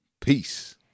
Peace